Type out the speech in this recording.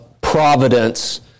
providence